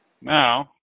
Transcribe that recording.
Now